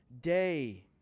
Day